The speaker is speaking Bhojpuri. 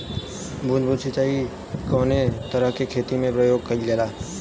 बूंद बूंद सिंचाई कवने तरह के खेती में प्रयोग कइलजाला?